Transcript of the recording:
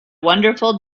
wonderful